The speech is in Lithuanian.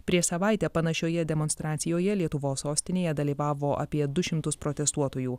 prieš savaitę panašioje demonstracijoje lietuvos sostinėje dalyvavo apie du šimtus protestuotojų